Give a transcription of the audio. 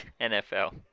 NFL